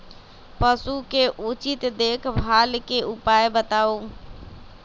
पशु के उचित देखभाल के उपाय बताऊ?